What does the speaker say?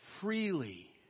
freely